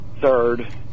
third